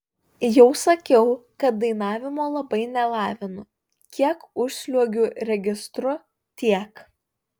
jau sakiau kad dainavimo labai nelavinu kiek užsliuogiu registru tiek